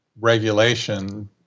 regulation